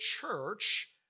church